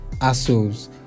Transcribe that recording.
assholes